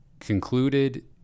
concluded